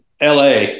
LA